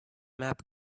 map